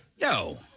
No